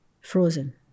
frozen